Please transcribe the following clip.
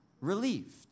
relieved